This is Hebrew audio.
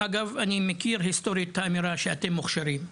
אני מכיר את האמירה ההיסטורית שאתם מוכשרים,